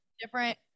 different